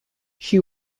she